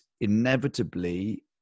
inevitably